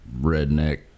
redneck